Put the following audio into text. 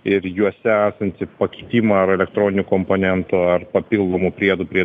ir juose esantį pakitimą ar elektroninių komponentų ar papildomų priedų prie